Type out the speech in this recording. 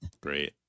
Great